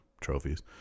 trophies